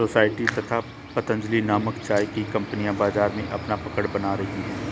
society तथा पतंजलि नामक चाय की कंपनियां बाजार में अपना पकड़ बना रही है